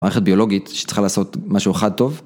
מערכת ביולוגית שצריכה לעשות משהו אחד טוב.